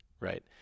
right